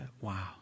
wow